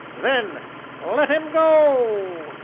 then let em go!